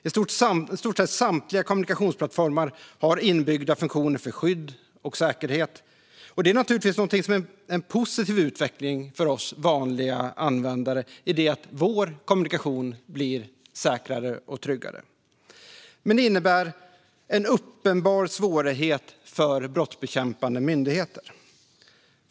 I stort sett samtliga kommunikationsplattformar har inbyggda funktioner för skydd och säkerhet. Det är naturligtvis en positiv utveckling för oss vanliga användare genom att vår kommunikation därmed blir säkrare och tryggare. Det innebär dock också en uppenbar svårighet för brottsbekämpande myndigheter.